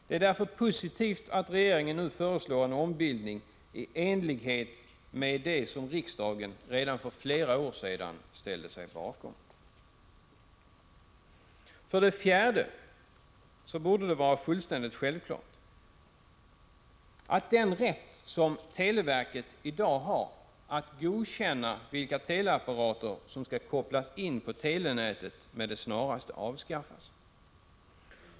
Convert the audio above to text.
Det är därför positivt att regeringen nu föreslår en ombildning, i enlighet med det som riksdagen redan för flera år sedan ställde sig bakom. För det fjärde borde det vara fullständigt självklart att den rätt som televerket i dag har att godkänna vilka teleapparater som skall kopplas in på telenätet med det snaraste avskaffas.